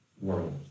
world